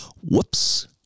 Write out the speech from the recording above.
Whoops